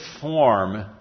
form